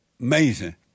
Amazing